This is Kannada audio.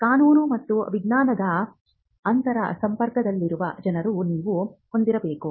ಕಾನೂನು ಮತ್ತು ವಿಜ್ಞಾನದ ಅಂತರಸಂಪರ್ಕದಲ್ಲಿರುವ ಜನರನ್ನು ನೀವು ಹೊಂದಿರಬೇಕು